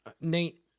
Nate